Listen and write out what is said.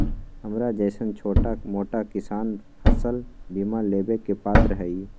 हमरा जैईसन छोटा मोटा किसान फसल बीमा लेबे के पात्र हई?